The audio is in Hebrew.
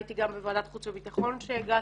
הייתי גם בוועדת חוץ וביטחון כשהגעת.